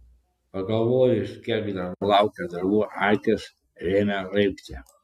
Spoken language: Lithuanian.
pagalvojus kiek dar laukia darbų akys ėmė raibti